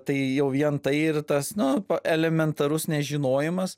tai jau vien tai ir tas na elementarus nežinojimas